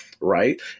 Right